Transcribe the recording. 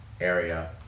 area